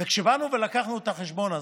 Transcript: כשבאנו ועשינו את החשבון הזה,